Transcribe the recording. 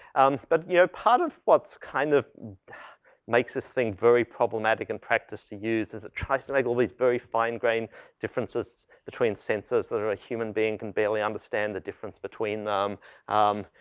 um, but you know, part of what's kind of makes us think very problematic and practice to use is it tries to make all these very fine-grain differences between sensors that are a human being can barely understand the difference between them um,